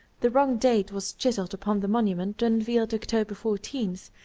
the wrong date was chiselled upon the monument unveiled october fourteen,